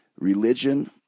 religion